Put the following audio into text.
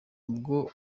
bwo